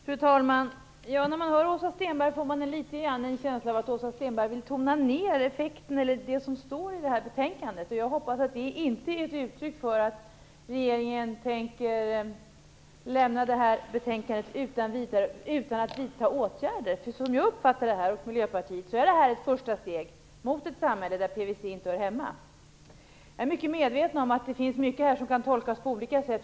Fru talman! När man hör Åsa Stenberg får man litet grand en känsla av att Åsa Stenberg vill tona ner effekten av det som står i detta betänkande. Jag hoppas att det inte är ett uttryck för att regeringen tänker lämna det här betänkandet utan att vidta åtgärder. Som jag och Miljöpartiet uppfattar detta är det ett första steg mot ett samhälle där PVC inte hör hemma. Jag är medveten om att det finns mycket i detta ärende som kan tolkas på olika sätt.